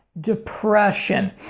depression